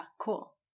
cool